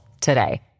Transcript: today